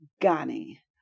gani